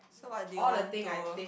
so what they want to